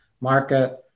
market